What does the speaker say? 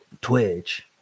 Twitch